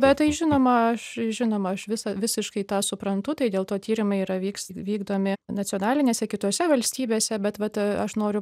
bet tai žinoma aš žinoma aš visa visiškai tą suprantu tai dėl to tyrimai yra vyks vykdomi nacionalinėse kitose valstybėse bet vat aš noriu